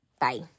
Bye